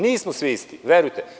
Nismo svi isti, verujte.